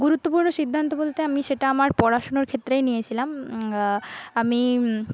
গুরুত্বপূর্ণ সিদ্ধান্ত বলতে আমি সেটা আমার পড়াশুনোর ক্ষেত্রেই নিয়েছিলাম আ আমি